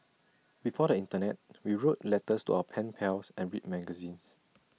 before the Internet we wrote letters to our pen pals and read magazines